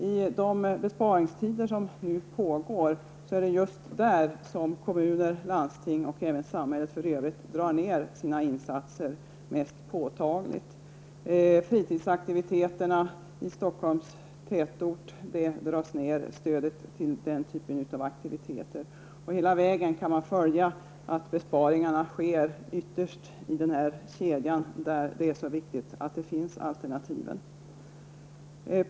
I de besparingstider som nu råder är det just där som kommuner, landsting och även samhället i övrigt drar ner sina insatser mest påtagligt. Man drar ner på fritidsaktiviteterna i Stockholms tätorter och stödet till den typen av aktiviteter. Hela vägen kan man följa att besparingarna sker ytterst i denna kedja där det är så viktigt att alternativen finns.